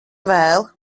vēl